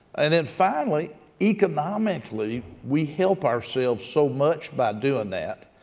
and then finally economically we help ourselves so much by doing that,